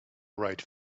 write